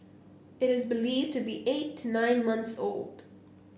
it is believed to be eight to nine month old